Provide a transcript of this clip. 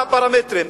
מה הפרמטרים,